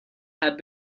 had